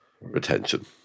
retention